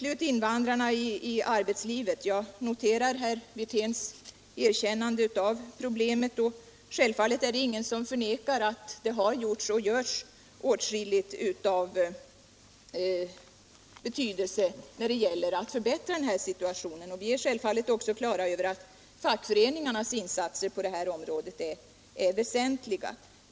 Jag noterar herr Wirténs erkännande av invandrarnas problem i arbetslivet. Självfallet är det ingen som förnekar att det har gjorts och görs åtskilligt av betydelse när det gäller att förbättra situationen. Vi är självfallet också på det klara med att fackföreningarnas insatser på detta område är väsentliga.